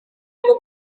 rwo